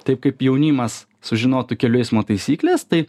taip kaip jaunimas sužinotų kelių eismo taisykles tai